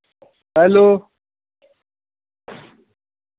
hello